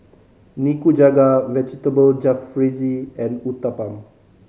Nikujaga Vegetable Jalfrezi and Uthapam